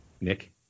Nick